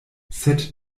sed